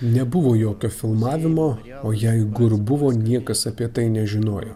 nebuvo jokio filmavimo o jeigu ir buvo niekas apie tai nežinojo